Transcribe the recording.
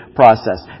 process